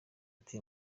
ati